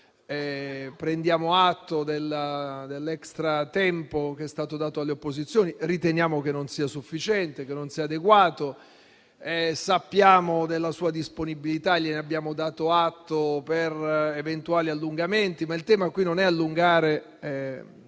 prendiamo atto del tempo extra che è stato dato alle opposizioni, ma riteniamo che non sia sufficiente né adeguato. Sappiamo inoltre della sua disponibilità - gliene abbiamo dato atto - per eventuali allungamenti, ma il tema non è allungare